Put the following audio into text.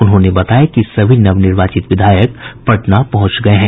उन्होंने बताया कि सभी नवनिर्वाचित विधायक पटना पहुंच गये हैं